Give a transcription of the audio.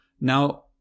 Now-